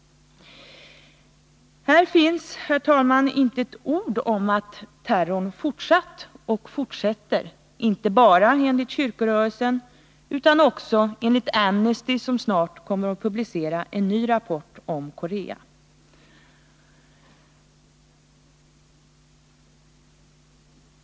Här finns, herr talman, inte ett ord om att terrorn fortsatt och fortsätter. Så är ju fallet, inte bara enligt kyrkorörelsen utan också enligt Amnesty International, som snart kommer att publicera en ny rapport om Korea.